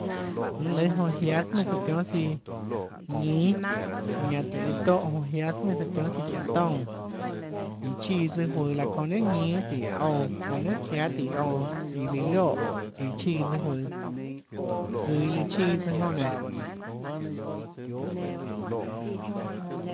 Mønâ lùâ jonã jiáâ sùà mienhâ søã tionhâ siã ñínâ ñanã tøhê iâ tóhã onã jiáâ sùà meinhâ søã tionhâ siã çiáhåtoúnã iã chiã tsøã juøå laã çounã niunà ñínâ tíhå ouã oå niunà çiáâ tíhå ouã iã lùã lioè iã chiã tsøã juøå juøå iã lùã chiã tsøã jonã nénå